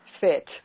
fit